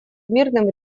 мирным